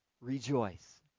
Rejoice